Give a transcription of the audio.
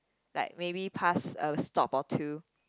like maybe pass I'll stop or two